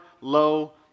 low